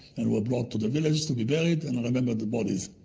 and were brought to the village to be buried, and i remember the bodies,